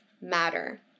matter